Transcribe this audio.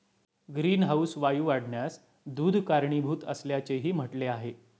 greenhouse वायू वाढण्यास दूध कारणीभूत असल्याचेही म्हटले आहे